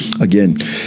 again